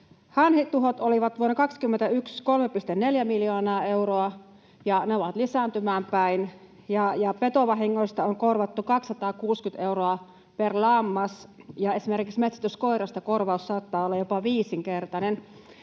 hanhituhot olivat 3,4 miljoonaa euroa, ja ne ovat lisääntymään päin. Petovahingoista on korvattu 260 euroa per lammas, ja esimerkiksi metsästyskoirasta korvaus saattaa olla jopa viisinkertainen.